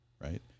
right